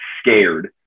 scared